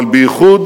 אבל בייחוד